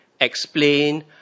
explain